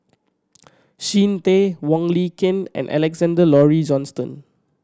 Tay Wong Lin Ken and Alexander Laurie Johnston